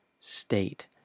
state